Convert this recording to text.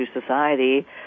society